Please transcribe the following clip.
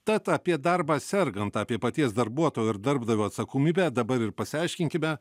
tad apie darbą sergant apie paties darbuotojo ir darbdavio atsakomybę dabar ir pasiaiškinkime